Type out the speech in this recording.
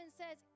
says